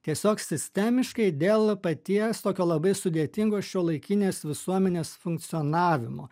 tiesiog sistemiškai dėl paties tokio labai sudėtingo šiuolaikinės visuomenės funkcionavimo